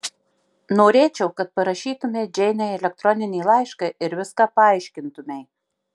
norėčiau kad parašytumei džeinei elektroninį laišką ir viską paaiškintumei